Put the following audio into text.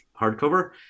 hardcover